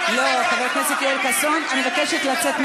זה לא הליך מקובל בכנסת,